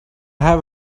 have